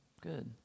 good